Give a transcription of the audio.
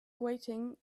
waiting